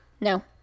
No